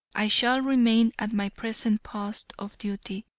i shall remain at my present post of duty,